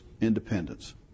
independence